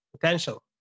potential